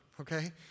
okay